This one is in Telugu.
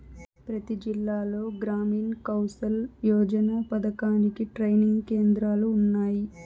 ప్రతి జిల్లాలో గ్రామీణ్ కౌసల్ యోజన పథకానికి ట్రైనింగ్ కేంద్రాలు ఉన్నాయి